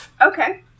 okay